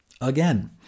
Again